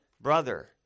brother